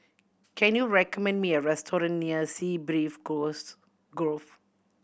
can you recommend me a restaurant near Sea Breeze Groves Gove